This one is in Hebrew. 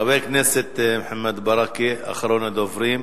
חבר הכנסת מוחמד ברכה, אחרון הדוברים.